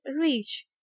reach